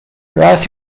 raz